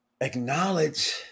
Acknowledge